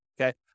okay